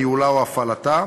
ניהולה או הפעלתה,